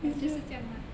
ya 就是这样 lah